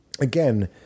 again